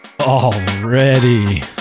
already